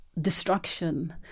destruction